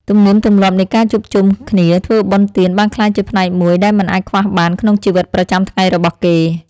ទំនៀមទម្លាប់នៃការជួបជុំគ្នាធ្វើបុណ្យទានបានក្លាយជាផ្នែកមួយដែលមិនអាចខ្វះបានក្នុងជីវិតប្រចាំថ្ងៃរបស់គេ។